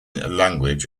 language